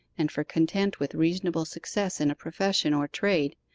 and for content with reasonable success in a profession or trade,